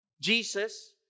Jesus